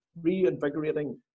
reinvigorating